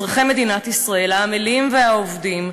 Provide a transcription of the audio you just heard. אזרחי מדינת ישראל העמלים והעובדים,